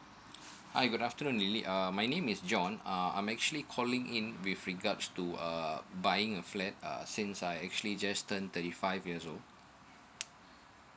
hi good afternoon lily um my name is john um I'm actually calling in with regards to uh buying a flat uh since I actually just turned thirty five years old